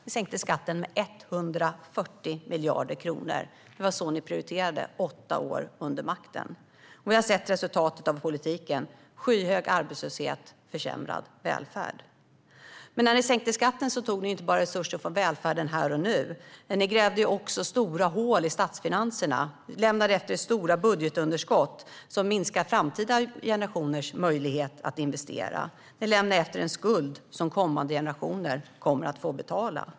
Ni sänkte skatten med 140 miljarder kronor. Det var så ni prioriterade under åtta år vid makten. Vi har sett resultatet av politiken: skyhög arbetslöshet och försämrad välfärd. Svar på interpellationer När ni sänkte skatten tog ni inte bara resurser från välfärden här och nu. Ni grävde också stora hål i statsfinanserna. Ni lämnade efter er stora budgetunderskott som minskar framtida generationers möjlighet att investera. Ni lämnade efter er en skuld som kommande generationer kommer att få betala.